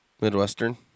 Midwestern